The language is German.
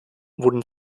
wurden